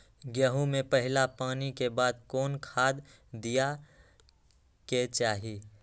गेंहू में पहिला पानी के बाद कौन खाद दिया के चाही?